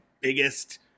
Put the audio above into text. biggest